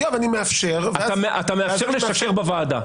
אתה מאפשר לשקר בוועדה.